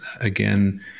again